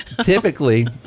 Typically